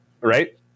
Right